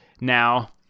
now